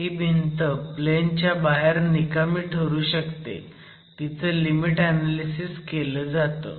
ही भिंत प्लेन च्या बाहेर निकामी ठरू शकते तिचं लिमिट ऍनॅलिसीस केलं जातं